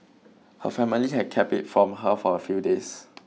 her family had kept it from her for a few days